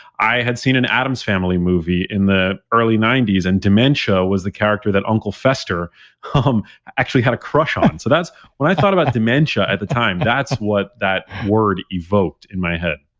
i had seen an addams family movie in the early ninety s, and dementia was the character that uncle fester um actually had a crush on. so when i thought about dementia at the time, that's what that word evoked in my head.